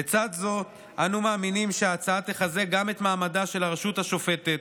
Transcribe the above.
לצד זאת אנו מאמינים שההצעה תחזק גם את מעמדה של הרשות השופטת,